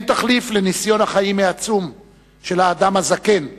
אין תחליף לניסיון החיים העצום של האדם הזקן,